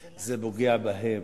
זה פוגע בהם.